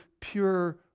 pure